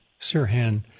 Sirhan